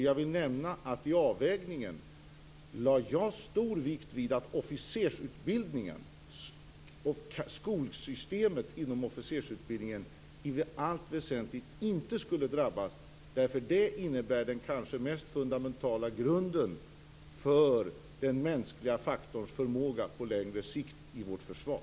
Jag vill nämna att jag vid avvägningen lade stor vikt vid att officersutbildningen och skolsystemet för denna i allt väsentligt inte skulle drabbas. Den utgör nämligen den kanske mest fundamentala grunden för den mänskliga faktorns förmåga i vårt försvar på längre sikt.